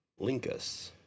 Linkus